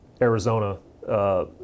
Arizona